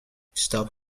stop